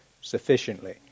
sufficiently